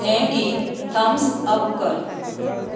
हें गीत thumbs up कर